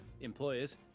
employers